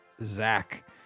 Zach